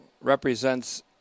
represents